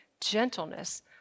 gentleness